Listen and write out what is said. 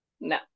No